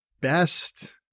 best